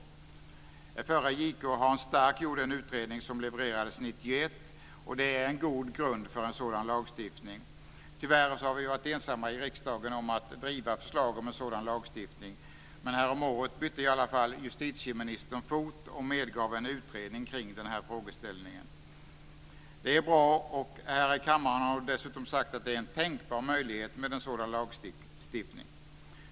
Förre JK Hans Stark gjorde en utredning som levererades 1991. Den är en god grund för en sådan lagstiftning. Tyvärr har vi varit ensamma i riksdagen om att driva förslag om en sådan lagstiftning. Men häromåret bytte i alla fall justitieministern fot och medgav att det behövs en utredning kring denna frågeställning. Det är bra. Här i kammaren har hon sagt att en sådan lagstiftning är en tänkbar möjlighet.